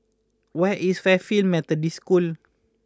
where is Fairfield Methodist School